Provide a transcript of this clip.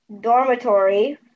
dormitory